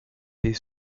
des